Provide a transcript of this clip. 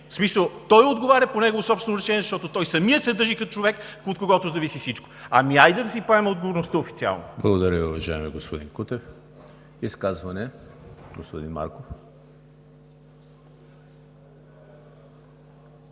в смисъл: той отговаря по негово собствено решение, защото той самият се държи като човек, от когото зависи всичко. Ами хайде да си поеме отговорността официално. ПРЕДСЕДАТЕЛ ЕМИЛ ХРИСТОВ: Благодаря Ви, уважаеми господин Кутев. Изказване – господин Марков.